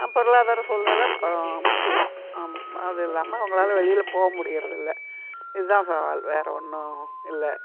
ஆ பொருளாதார சூழ்நிலை முக்கியம் அது இல்லாமல் அவுங்களால் வெளியில போ முடிகிறது இல்லை இதுதான் சவால் வேற ஒன்றும் இல்லை